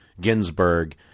ginsburg